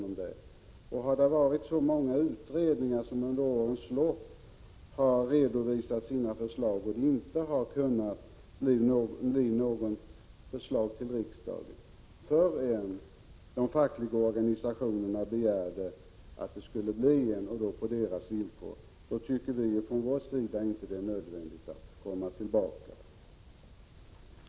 Med tanke på att det under årens lopp har gjorts ett stort antal utredningar som redovisat sina förslag och att dessa inte resulterat i något ställningstagande från riksdagens sida förrän de fackliga organisationerna begärde att det skulle bli en ny organisation — och då på deras villkor — tycker vi inte att det är nödvändigt att komma tillbaka till riksdagen i frågan.